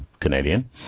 Canadian